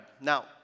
Now